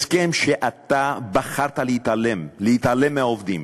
הסכם שבו אתה בחרת להתעלם, להתעלם מהעובדים.